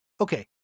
Okay